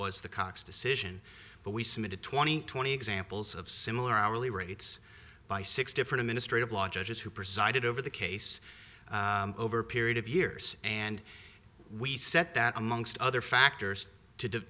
was the cox decision but we submitted twenty twenty examples of similar hourly rates by six different ministry of law judges who presided over the case over a period of years and we set that amongst other